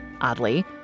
oddly